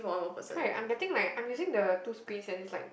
correct I'm getting like I'm using the two screens and it's like